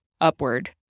upward